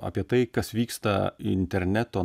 apie tai kas vyksta interneto